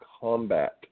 combat